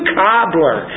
cobbler